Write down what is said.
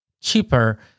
cheaper